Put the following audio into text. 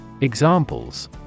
Examples